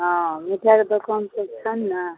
हँ मिठाइके दोकान सभ छनि ने